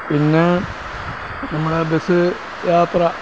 പിന്നെ നമ്മുടെ ബസ്സ് യാത്ര